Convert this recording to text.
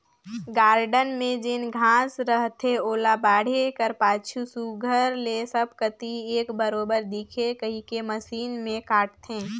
garden में जेन घांस रहथे ओला बाढ़े कर पाछू सुग्घर ले सब कती एक बरोबेर दिखे कहिके मसीन में काटथें